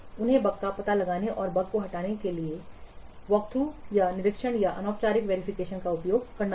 उन्हें बग का पता लगाने और बग को हटाने के लिए बग हटाने के लिए वॉकथ्रू निरीक्षण या औपचारिक वेरीफिकेशन का उपयोग करना होगा